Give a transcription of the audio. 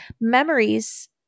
memories